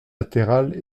latérales